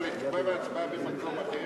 תדחי את ההצבעה לתשובה והצבעה במועד אחר,